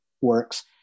works